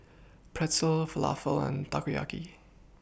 Pretzel Falafel and Takoyaki